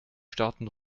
starten